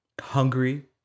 hungry